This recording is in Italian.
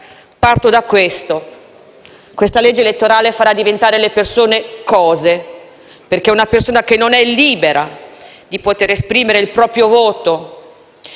Parto da questo. Questa legge elettorale farà diventare le persone cose, perché se una persona non può esprimere il proprio voto